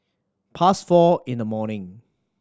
past four in the morning